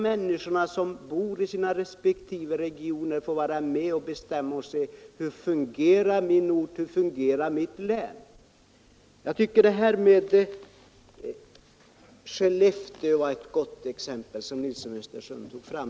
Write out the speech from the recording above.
Där har vi ett av våra respektive regioner få vara med och be fungerar. Det här med Skellefteå var ett gott exempel som herr Nilsson i Östersund tog fram.